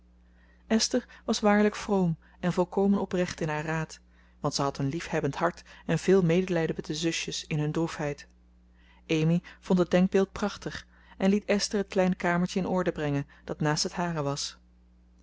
esther was waarlijk vroom en volkomen oprecht in haar raad want ze had een liefhebbend hart en veel medelijden met de zusjes in hun droefheid amy vond het denkbeeld prachtig en liet esther het kleine kamertje in orde brengen dat naast het hare was